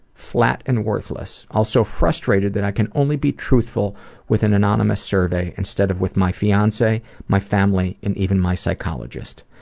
flat and worthless. also, frustrated that i can only be truthful with an anonymous survey instead of with my fiance, my family, and even my psychologist.